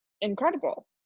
incredible